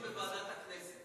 השר, המשך דיון בוועדת הכנסת.